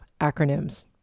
acronyms